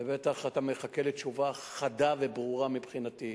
ואתה בטח מחכה לתשובה חדה וברורה מבחינתי.